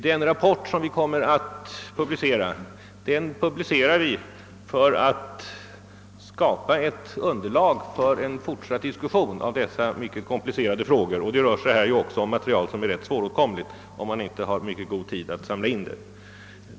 Den rapport som vi kommer att publicera avges för att skapa ett underlag för en fortsatt diskussion av dessa mycket komplicerade frågor, och det rör sig här om material som är rätt svåråtkomligt om man inte har god tid till att samla in det.